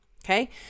Okay